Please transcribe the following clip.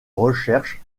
recherche